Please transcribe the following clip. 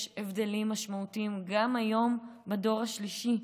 יש הבדלים משמעותיים גם היום בדור השלישי.